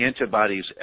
antibodies